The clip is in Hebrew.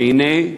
והנה,